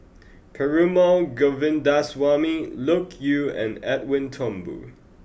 Perumal Govindaswamy Loke Yew and Edwin Thumboo